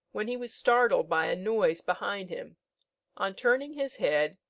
when he was startled by a noise behind him on turning his head,